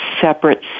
separate